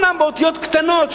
אומנם באותיות קטנות,